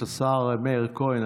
תוך כדי שאני מזמין את השר מאיר כהן,